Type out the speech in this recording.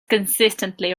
consistently